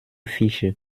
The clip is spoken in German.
fische